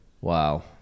Wow